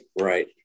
right